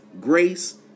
grace